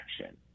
action